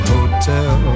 Hotel